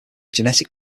genetic